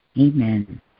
amen